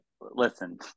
listen